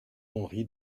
henry